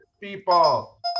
people